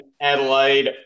Adelaide